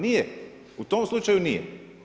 Nije u tom slučaju nije.